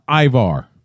ivar